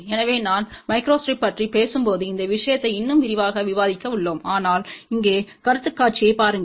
எனவே நான் மைக்ரோஸ்ட்ரிப் பற்றி பேசும்போது இந்த விஷயத்தை இன்னும் விரிவாக விவாதிக்க உள்ளோம் ஆனால் இங்கே கருத்துக் காட்சியைப் பாருங்கள்